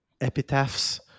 epitaphs